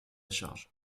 charge